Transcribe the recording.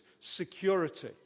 security